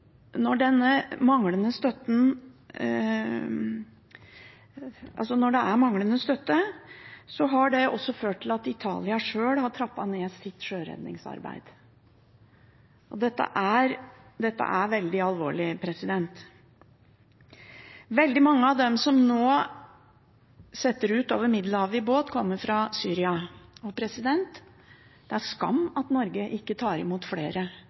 Når det er manglende støtte, har det også ført til at Italia sjøl har trappet ned sitt sjøredningsarbeid. Dette er veldig alvorlig. Veldig mange av de som nå drar ut over Middelhavet i båt, kommer fra Syria. Det er en skam at Norge ikke tar imot flere